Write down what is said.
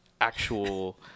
actual